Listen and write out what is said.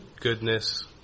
goodness